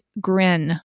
grin